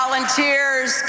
volunteers